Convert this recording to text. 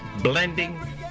blending